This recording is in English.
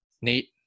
nate